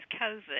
COVID